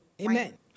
Amen